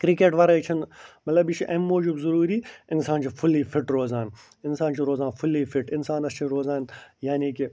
cricket ورٲے چھَنہٕ مطلب یہِ چھُ اَمہِ موٗجوٗب ضُروٗری اِنسان چھُ فُلی فِٹ روزان اِنسان چھُ روزان فُلی فِٹ اِنسانس چھِ روزان یعنی کہِ